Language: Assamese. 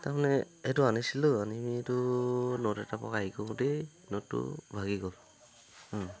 তাৰমানে এইটো আনিছিলোঁ আনিটো নট এটা পকাই নটটো ভাগি গ'ল